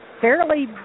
fairly